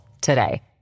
today